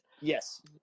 yes